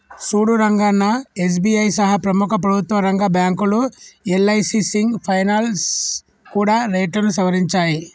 సూడు రంగన్నా ఎస్.బి.ఐ సహా ప్రముఖ ప్రభుత్వ రంగ బ్యాంకులు యల్.ఐ.సి సింగ్ ఫైనాల్స్ కూడా రేట్లను సవరించాయి